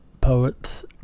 poet's